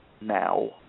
now